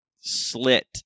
slit